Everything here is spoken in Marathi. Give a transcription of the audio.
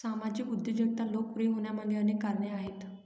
सामाजिक उद्योजकता लोकप्रिय होण्यामागे अनेक कारणे आहेत